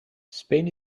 spain